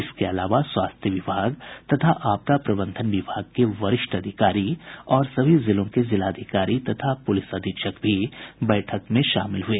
इसके अलावा स्वास्थ्य विभाग तथा आपदा प्रबंधन विभाग के वरिष्ठ अधिकारी और सभी जिलों के जिलाधिकारी तथा पुलिस अधीक्षक भी बैठक में शामिल हुए